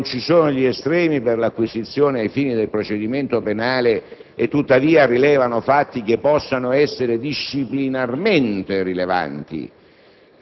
che non vi sono gli estremi per l'acquisizione ai fini del procedimento penale e tuttavia risultano fatti che possono essere disciplinarmente rilevanti,